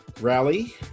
Rally